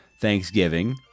Thanksgiving